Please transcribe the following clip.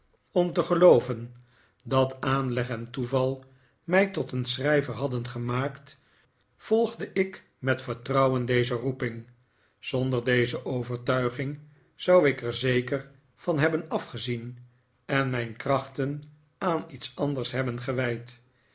om te gelooven dat aanleg en toeval mij tot een schrijver hadden gemaakt volgde ik met vertrouwen deze roeping zonder deze overtuiging zou ik er zeker van hebben afgezien en mijn krachten aan iets anders hebben gewijd